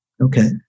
Okay